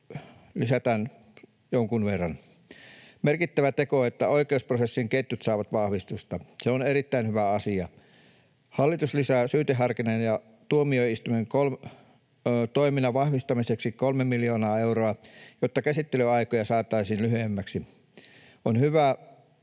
lisätään jonkun verran. Merkittävä teko on, että oikeusprosessin ketjut saavat vahvistusta. Se on erittäin hyvä asia. Hallitus lisää syyteharkinnan ja tuomioistuimen toiminnan vahvistamiseksi 3 miljoonaa euroa, jotta käsittelyaikoja saataisiin lyhyemmiksi. On hyvä,